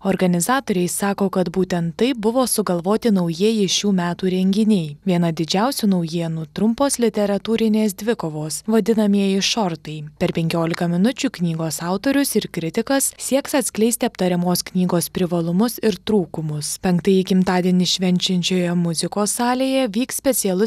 organizatoriai sako kad būtent taip buvo sugalvoti naujieji šių metų renginiai viena didžiausių naujienų trumpos literatūrinės dvikovos vadinamieji šortai per penkiolika minučių knygos autorius ir kritikas sieks atskleisti aptariamos knygos privalumus ir trūkumus penktąjį gimtadienį švenčiančioje muzikos salėje vyks specialus